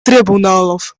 трибуналов